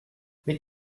mit